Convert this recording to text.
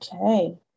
Okay